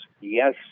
yes